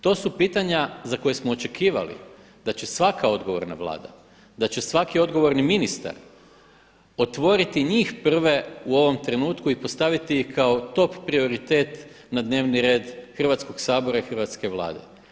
To su pitanja za koja smo očekivali da će svaka odgovorna vlada, da će svaki odgovorni ministar otvoriti njih prve u ovom trenutku i postaviti ih kao top prioritet na dnevni red Hrvatskog sabora i hrvatske Vlade.